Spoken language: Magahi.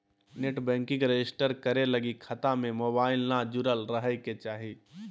नेट बैंकिंग रजिस्टर करे लगी खता में मोबाईल न जुरल रहइ के चाही